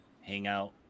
hangout